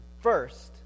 First